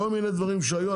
כל מיני דברים שהיו.